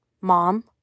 Mom